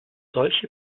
solche